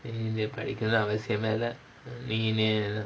இது படிக்கனு அவசியமே இல்ல:ithu padikkanu avasiyamae illa